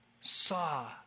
saw